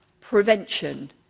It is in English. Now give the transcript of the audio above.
prevention